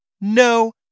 No